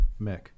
Mick